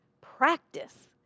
practice